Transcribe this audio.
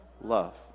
love